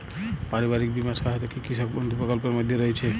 পারিবারিক বীমা সহায়তা কি কৃষক বন্ধু প্রকল্পের মধ্যে রয়েছে?